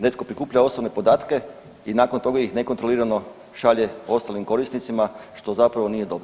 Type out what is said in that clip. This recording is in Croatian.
Netko prikuplja osobne podatke i nakon toga ih nekontrolirano šalje ostalim korisnicima, što zapravo nije dobro.